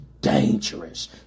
dangerous